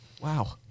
wow